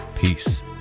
Peace